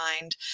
mind